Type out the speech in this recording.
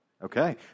Okay